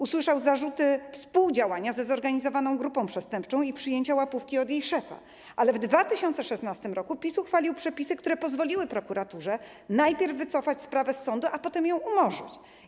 Usłyszał zarzuty dotyczące współdziałania ze zorganizowaną grupą przestępczą i przyjęcia łapówki od jej szefa, ale w 2016 r. PiS uchwalił przepisy, które pozwoliły prokuraturze najpierw wycofać sprawę z sądu, a potem ją umorzyć.